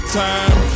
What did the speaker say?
time